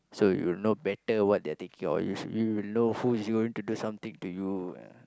so you know better what they are thinking or you you know who is going to do something to you ah